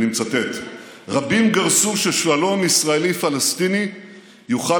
אני מצטט: רבים גרסו ששלום ישראלי-פלסטיני יוכל